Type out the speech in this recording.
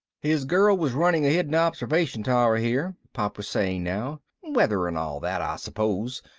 his girl was running a hidden observation tower here, pop was saying now. weather and all that, i suppose.